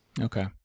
Okay